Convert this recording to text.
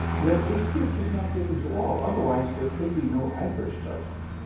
yet this gift is not given to all, otherwise there could be no adverse judgment.